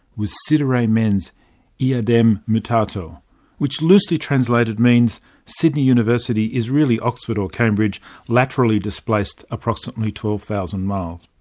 was sidere mens yeah eadem mutate, ah but which loosely translated means sydney university is really oxford or cambridge laterally displaced approximately twelve thousand miles.